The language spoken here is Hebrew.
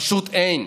פשוט אין.